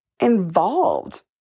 involved